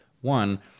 One